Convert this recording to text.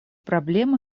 проблемы